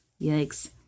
Yikes